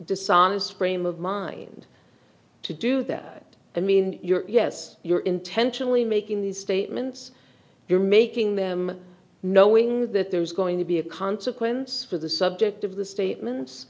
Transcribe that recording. dishonest frame of mind to do that i mean you're just you're intentionally making these statements you're making them knowing that there's going to be a consequence for the subject of the statements